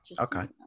okay